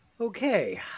Okay